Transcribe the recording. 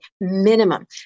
minimum